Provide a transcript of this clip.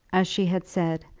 as she had said,